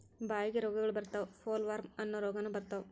ಬಾಯಿಗೆ ರೋಗಗಳ ಬರತಾವ ಪೋಲವಾರ್ಮ ಅನ್ನು ರೋಗಾನು ಬರತಾವ